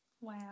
Wow